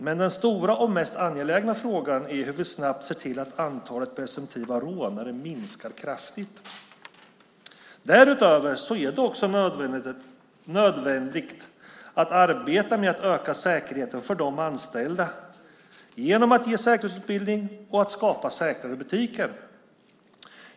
Men den stora och mest angelägna frågan är hur vi snabbt ser till att antalet presumtiva rånare minskar kraftigt. Därutöver är det nödvändigt att arbeta med att öka säkerheten för de anställda genom att ge säkerhetsutbildning och att skapa säkrare butiker.